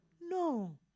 No